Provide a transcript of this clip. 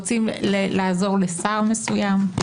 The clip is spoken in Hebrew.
רצים לעזור לשר מסוים?